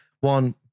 One